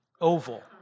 oval